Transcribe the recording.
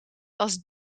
als